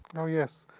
oh yes.